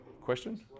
Question